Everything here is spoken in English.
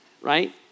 right